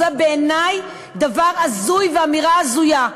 בעיני זה דבר הזוי ואמירה הזויה.